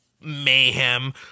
mayhem